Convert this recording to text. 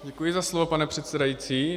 Děkuji za slovo, pane předsedající.